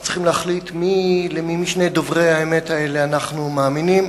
אנחנו צריכים להחליט למי משני דוברי האמת האלה אנחנו מאמינים.